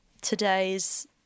today's